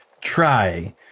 try